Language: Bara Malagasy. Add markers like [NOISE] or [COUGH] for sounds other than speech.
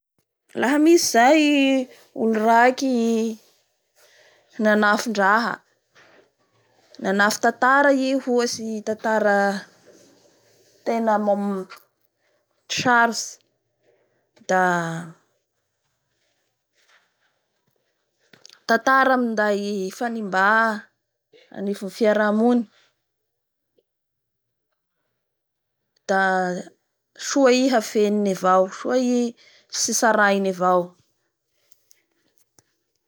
Laha nisy zay olondraiky nanafindraha nanafy tantara i, ohatsy tanatara tena mamo-sarotsy da tantara minday fanimba anivon'ny fiaraha mony [NOISE] da soa i hafeniny avao soa i tsy tsarainy avao.